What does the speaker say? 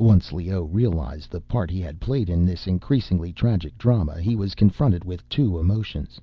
once leoh realized the part he had played in this increasingly tragic drama, he was confronted with two emotions